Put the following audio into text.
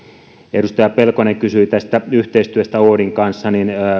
edustaja pelkonen kysyi yhteistyöstä oodin kanssa